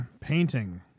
painting